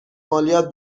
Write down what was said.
مالیات